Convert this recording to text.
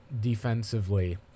defensively